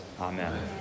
Amen